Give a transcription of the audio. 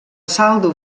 saldo